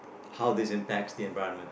how this impacts the environment